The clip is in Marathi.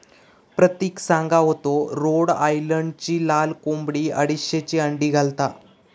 प्रतिक सांगा होतो रोड आयलंडची लाल कोंबडी अडीचशे अंडी घालता